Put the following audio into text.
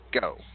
go